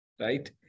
right